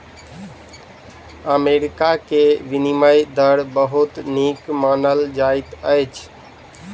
America के विनिमय दर बहुत नीक मानल जाइत अछि